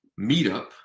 meetup